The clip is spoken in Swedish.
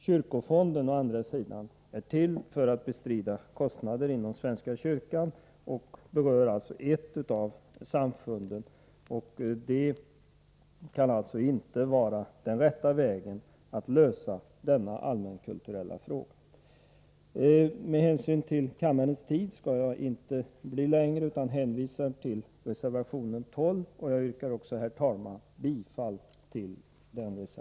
Kyrkofonden är till för att Nr 151 bestrida kostnader inom svenska kyrkan och berör alltså endast ett av ; Onsdagen den samfunden. Att genom den fonden finansiera denna allmänkulturella 23 maj 1984 angelägenhet kan alltså inte vara rätta vägen. Med SE S SR ER ÅR En ER SS säga mer, jan jag hänvisar till Granskning av reservation 12. Jag yrkar också bifall till denna reservation.